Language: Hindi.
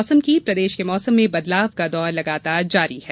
मौसम प्रदेश के मौसम में बदलाव का दौर लगातार जारी है